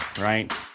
right